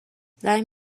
زنگ